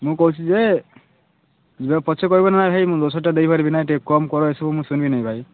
ମୁଁ କହୁଛି ଯେ ପଛେ କହିବନି ଭାଇ ମୁଁ ଦଶ ହଜାର ଟଙ୍କା ଦେଇ ପାରିବିନି ଭାଇ ଟିକେ କମ୍ କର ଏ ସବୁ ମୁଁ ଶୁନିବିନି ଭାଇ